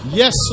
Yes